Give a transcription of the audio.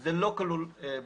זה לא כלול בחוק.